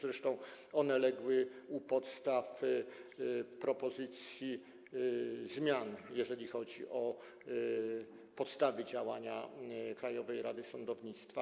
Zresztą one legły u podstaw propozycji zmian, jeżeli chodzi o podstawy działania Krajowej Rady Sądownictwa.